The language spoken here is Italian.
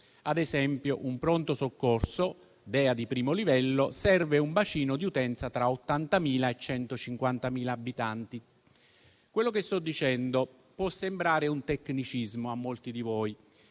ad esempio, un pronto soccorso DEA di primo livello serve un bacino di utenza tra 80.000 e 150.000 abitanti. Quello che sto dicendo può sembrare un tecnicismo a molti di voi,